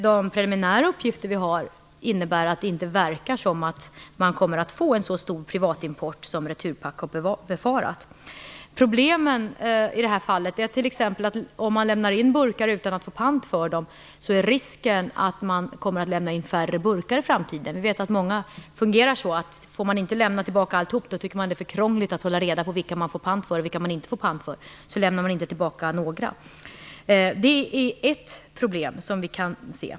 De preliminära uppgifter vi har tyder på att vi inte kommer att få en så stor privatimport som Problemet i det här fallet är t.ex. att om man lämnar in burkar utan att få pant för dem är risken att man kommer att lämna in färre burkar i framtiden. Vi vet att många fungerar så. Får man inte lämna tillbaka alltihop, då tycker man att det är för krångligt att hålla reda på vilka burkar man får pant för och vilka man inte får pant för, och så lämnar man inte tillbaka några. Det är ett problem som vi kan se.